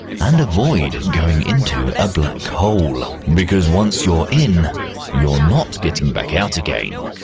and avoid going into a black hole, because once you're in you're not getting back out again.